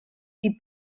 die